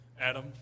Adam